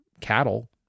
cattle